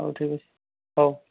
ହଉ ଠିକ୍ ଅଛି ହଉ